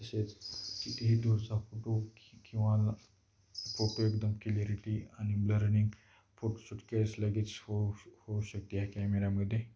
तसेच कितीही दूरचा फोटो किंवा फोटो एकदम क्लिरिटी आणि ब्लरिंग फोटोशूट हेच लगेच होऊ होऊ शकते ह कॅमेऱ्यामध्ये